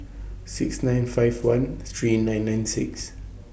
six nine five one three nine nine six